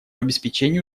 обеспечении